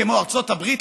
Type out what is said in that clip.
כמו ארצות הברית,